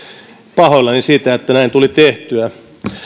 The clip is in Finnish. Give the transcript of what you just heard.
pahoillani siitä että näin tuli tehtyä